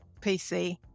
PC